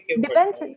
depends